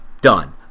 Done